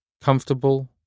comfortable